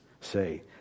say